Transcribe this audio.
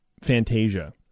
Fantasia